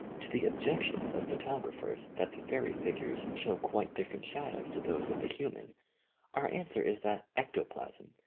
to the ob jections of jphotographers that the fairy figures show quite different shadows to those of the human our answer is that ectoplasm,